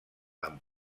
amb